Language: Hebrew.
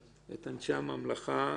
את אנשי הממלכה,